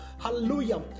hallelujah